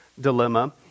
dilemma